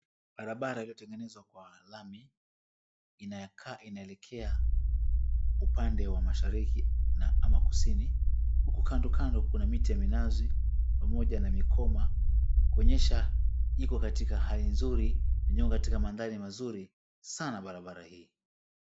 Barabara iliyotengenezwa kwa lami inakaa inaelekea upande wa mashariki na ama kusini. Huku kando kando kuna miti ya minazi pamoja na mikoma kuonyesha iko katika hali nzuri iliyo katika mandhari mazuri sana barabara hii.